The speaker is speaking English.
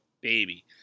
baby